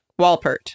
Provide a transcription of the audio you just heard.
Walpert